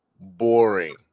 boring